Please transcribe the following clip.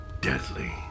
deadly